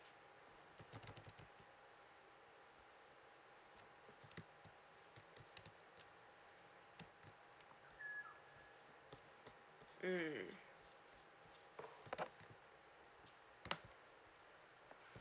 mm